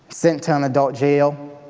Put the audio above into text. sent to an adult jail.